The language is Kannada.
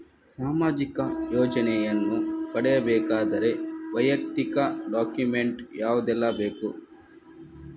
ಸಾಮಾಜಿಕ ಯೋಜನೆಯನ್ನು ಪಡೆಯಬೇಕಾದರೆ ವೈಯಕ್ತಿಕ ಡಾಕ್ಯುಮೆಂಟ್ ಯಾವುದೆಲ್ಲ ಬೇಕು?